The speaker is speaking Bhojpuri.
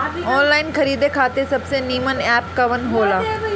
आनलाइन खरीदे खातिर सबसे नीमन एप कवन हो ला?